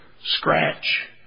scratch